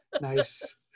nice